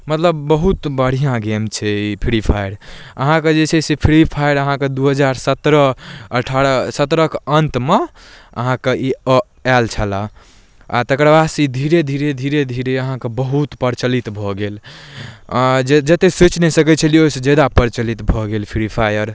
मतलब बहुत बढ़िआँ गेम छै ई फ्री फायर अहाँके जे छै से फ्री फायर अहाँके दुइ हजार सतरह अठारह सतरहके अन्तमे अहाँके ई अ आएल छलऽ आओर तकर बादसँ ई धीरे धीरे धीरे धीरे अहाँके बहुत प्रचलित भऽ गेल आओर जे जतेक सोचि नहि सकै छी ओहिसँ ज्यादा प्रचलित भऽ गेल फ्री फायर